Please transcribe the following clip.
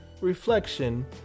reflection